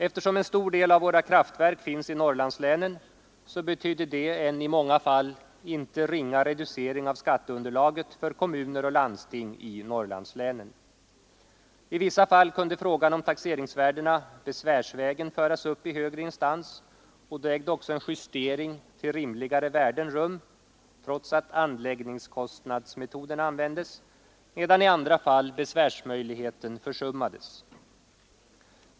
Eftersom en stor del av våra kraftverk finns i Norrlandslänen betyder det en i många fall inte ringa reducering av skatteunderlaget för kommuner och landsting i Norrlandslänen. I vissa fall kunde frågan om taxeringsvärdena besvärsvägen föras upp i högre instans, och då ägde också en justering till rimligare värden rum trots att anläggningskostnadsmetoden användes, medan i andra fall besvärsmöjligheten försummades.